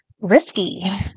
risky